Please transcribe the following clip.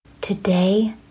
Today